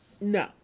No